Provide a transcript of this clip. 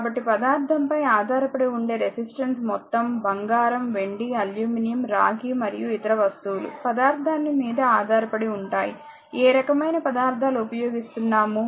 కాబట్టి పదార్థంపై ఆధారపడి ఉండే రెసిస్టెన్స్ మొత్తం బంగారం వెండి అల్యూమినియం రాగి మరియు ఇతర వస్తువులు పదార్థాన్ని మీద ఆధారపడి ఉంటాయి ఏ రకమైన పదార్థాలు ఉపయోగిస్తున్నాము